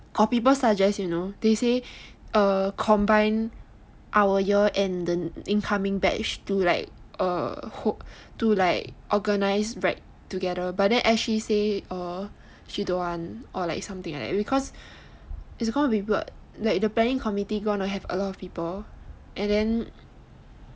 got people suggest you know they say uh combine our year and the incoming batch to like uh ho~ to like organise rag together but then ashley say she don't want or like something like that because it's going to be bl~ like the planning committee going to be a lot of people and then